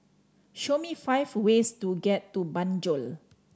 show me five ways to get to Banjul